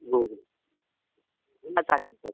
हो हो नाही चालेल सर